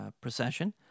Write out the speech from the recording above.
procession